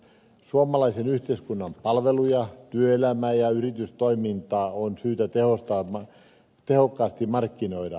suomalaisen yhteiskunnan palveluja työelämää ja yritystoimintaa on syytä tehokkaasti markkinoida